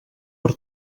per